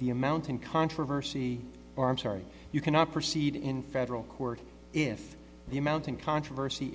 the amount in controversy or i'm sorry you cannot proceed in federal court if the amount in controversy